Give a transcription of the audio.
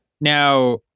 Now